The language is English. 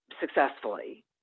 successfully